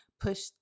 push